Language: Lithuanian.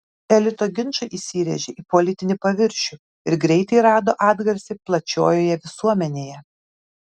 elito ginčai įsirėžė į politinį paviršių ir greitai rado atgarsį plačiojoje visuomenėje